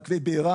מעכבי בערה,